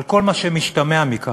על כל מה שמשתמע מכך,